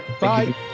bye